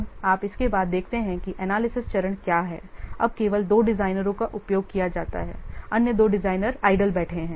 अब आप इसके बाद देखते हैं कि एनालिसिस चरण क्या है अब केवल 2 डिज़ाइनरों का उपयोग किया जाता है अन्य 2 डिज़ाइनर बेकार बैठे हैं